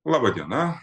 laba diena